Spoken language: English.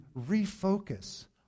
refocus